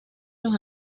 los